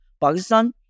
Pakistan